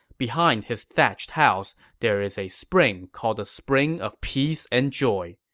behind his thatched house there is a spring called the spring of peace and joy.